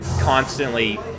constantly